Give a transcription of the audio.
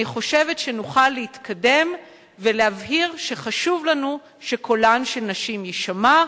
אני חושבת שנוכל להתקדם ולהבהיר שחשוב לנו שקולן של נשים יישמע.